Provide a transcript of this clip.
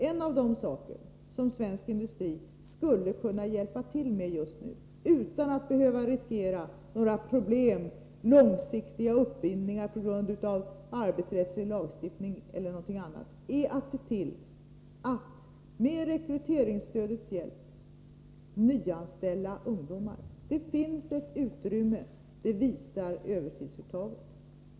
En av de saker som svensk industri skulle kunna hjälpa till med just nu — utan att behöva riskera några problem med långsiktiga uppbindningar på grund av arbetsrättslig lagstiftning eller annat — är att se till att, med rekryteringsstödets hjälp, nyanställa ungdomar. Det finns ett utrymme — det visar övertidsuttaget.